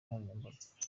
nkoranyambaga